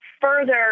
further